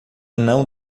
não